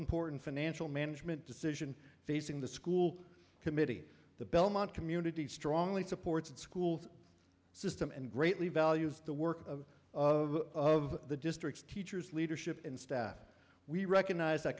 important financial management decision facing the school committee the belmont community strongly supports and school system and greatly values the work of of the district's teachers leadership and staff we recognize that